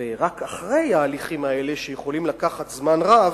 ורק אחרי ההליכים האלה, שיכולים לקחת זמן רב,